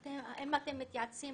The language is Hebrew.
האם אתם מתייעצים